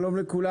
שלום לכולם.